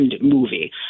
movie